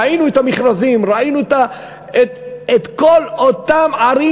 ראינו את המכרזים וראינו את כל אותן ערים